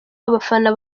abafana